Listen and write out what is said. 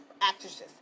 actresses